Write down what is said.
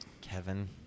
Kevin